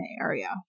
area